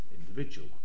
individual